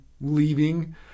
leaving